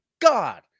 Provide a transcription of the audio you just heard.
God